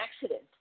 accident